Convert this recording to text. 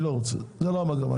זו לא המגמה שלי.